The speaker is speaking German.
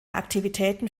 aktivitäten